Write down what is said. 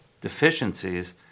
deficiencies